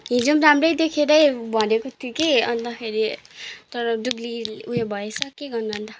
हिजो पनि राम्रै देखेरै भनेको थिएँ कि अन्तखेरि तर डुब्ली ऊ यो भएछ के गर्नु अन्त